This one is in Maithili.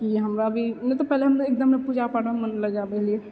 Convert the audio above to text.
ई हमरा भी नहि तऽ पहिले हमरा एगदम नहि पूजापाठमे मन लगाबै